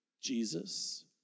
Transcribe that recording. Jesus